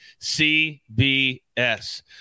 CBS